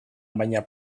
baina